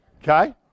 Okay